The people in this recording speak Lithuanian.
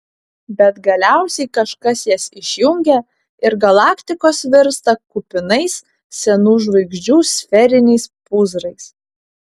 bet galiausiai kažkas jas išjungia ir galaktikos virsta kupinais senų žvaigždžių sferiniais pūzrais